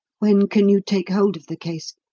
when can you take hold of the case?